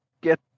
get